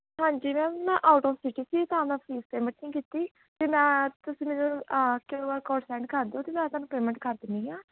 ਹਾਂਜੀ ਮੈਮ ਮੈਂ out of city ਸੀ ਤਾਂ ਮੈ ਫੀਸ ਪੇਮੈਂਟ ਨਹੀਂ ਕੀਤੀ ਤੇ ਮੈਂ ਤੁਸੀਂ ਮੈਨੂੰ uh Q R code send ਕਰ ਦਿਓ ਅਤੇ ਮੈਂ ਤੁਹਾਨੂੰ ਪੇਮੈਂਟ ਕਰ ਦਿੰਦੀ ਹਾਂ